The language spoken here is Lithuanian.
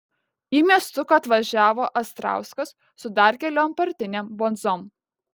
į miestuką atvažiavo astrauskas su dar keliom partinėm bonzom